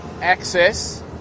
access